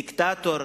דיקטטור,